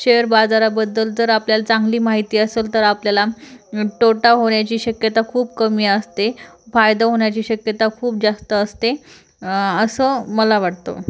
share बाजाराबद्दल जर आपल्याला चांगली माहिती असंल तर आपल्याला टोटा होण्याची शक्यता खूप कमी असते फायदा होण्याची शक्यता खूप जास्त असते असं मला वाटतं